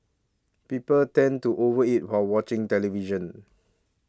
people tend to over eat while watching television